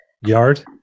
yard